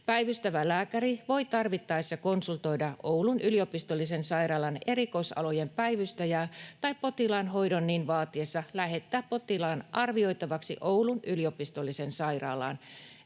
Päivystävä lääkäri voi tarvittaessa konsultoida Oulun yliopistollisen sairaalan erikoisalojen päivystäjää tai potilaan hoidon niin vaatiessa lähettää potilaan arvioitavaksi Oulun yliopistolliseen sairaalaan.